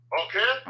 okay